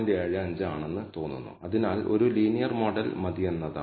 01 തിരഞ്ഞെടുക്കുകയാണെങ്കിൽ നിങ്ങൾ ശൂന്യമായ സിദ്ധാന്തം നിരസിക്കുകയില്ല